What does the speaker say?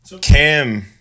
Cam